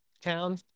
town